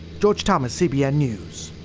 george thomas, cbn news.